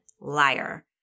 liar